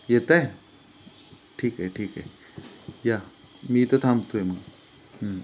येताय ठीक आहे ठीक आहे या मी इथं थांबतो आहे मग